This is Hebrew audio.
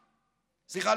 סליחה,